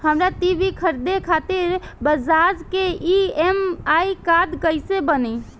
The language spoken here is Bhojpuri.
हमरा टी.वी खरीदे खातिर बज़ाज़ के ई.एम.आई कार्ड कईसे बनी?